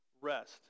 rest